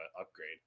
upgrade